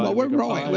ah we're growing,